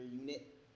unit